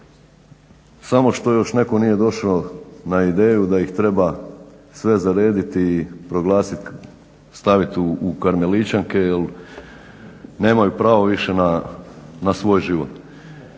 Samo što još netko nije došao na ideju da ih treba sve zarediti i proglasiti, staviti u karmelićanke jer nemaju pravo više na svoj život.